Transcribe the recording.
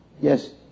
Yes